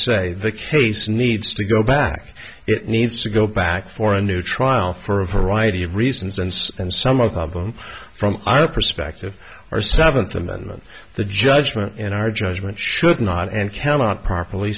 say the case needs to go back it needs to go back for a new trial for a variety of reasons and and some of them from our perspective are seventh amendment the judgment in our judgment should not and cannot properly